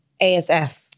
ASF